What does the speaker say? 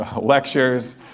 lectures